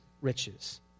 riches